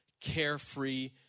carefree